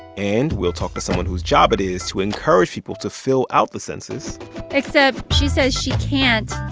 and we'll talk to someone whose job it is to encourage people to fill out the census except she says she can't,